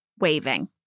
waving